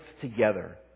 together